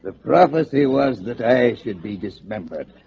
ah prophecy was that i should be dismembered